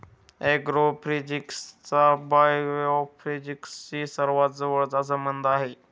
ऍग्रोफिजिक्सचा बायोफिजिक्सशी सर्वात जवळचा संबंध आहे